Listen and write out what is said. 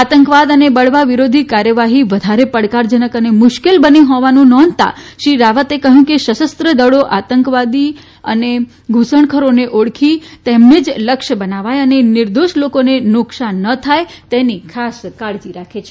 આતંકવાદ અને બળવા વિરોધી કાર્યવાહી વધારે પડકારજનક અને મુશ્કેલ બની હોવાનું નોંધતા શ્રી રાવતે કહ્યું કે સશસ્ત્ર દળો આતંકવાદી અને ધુસણખોરોને ઓળખી તેમને જ લક્ષ્ય બનાવાય અને નિર્દોષ લોકોને નુકસાન ન થાય તેની કાળજી રાખે છે